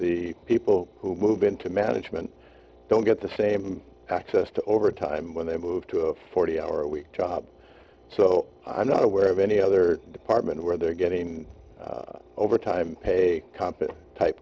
the people who move into management don't get the same access to overtime when they move to a forty hour a week job so i'm not aware of any other department where they're getting overtime pay a company type